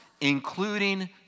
including